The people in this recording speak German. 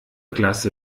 klasse